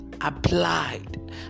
applied